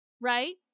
right